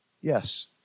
yes